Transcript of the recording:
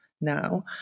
now